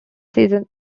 season